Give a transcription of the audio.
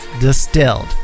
distilled